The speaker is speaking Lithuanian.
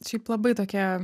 šiaip labai tokia